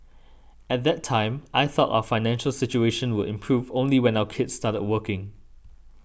at that time I thought our financial situation would improve only when our kids started working